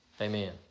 Amen